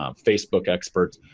um facebook experts.